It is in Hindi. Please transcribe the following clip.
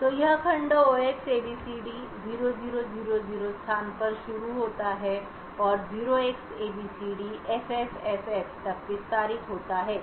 तो यह खंड 0Xabcd0000 स्थान पर शुरू होता है और 0Xabcdffff तक विस्तारित होता है